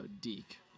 deek